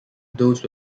those